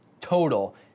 total